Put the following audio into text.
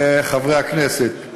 חברי הכנסת,